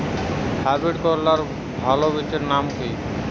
Hybrid করলার ভালো বীজের নাম কি?